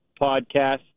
podcast